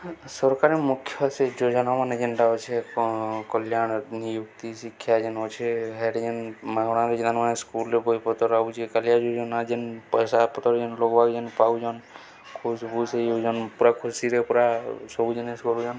ସରକାର ମୁଖ୍ୟ ସେ ଯୋଜନାମାନେ ଯେନ୍ଟା ଅଛେ କଲ୍ୟାଣ ନିଯୁକ୍ତି ଶିକ୍ଷା ଯେନ୍ ଅଛେ ହେଡ଼ ଯେନ୍ ମାଗଣାରେ ଯେନ୍ ସ୍କୁଲରେ ବହି ପତର ଆଉଛେ କାଲିଆ ଯୋଜନା ଯେନ୍ ପଇସା ପତର ଯେନ୍ ଲୋକ ଯେନ୍ ପାଉଛନ୍ ଖୁସ ଖୁସି ହେଇ ଯାଉଛନ ପୁରା ଖୁସିରେ ପୁରା ସବୁ ଜିନିଷ୍ କରୁଛନ୍